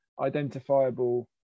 identifiable